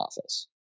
office